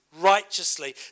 righteously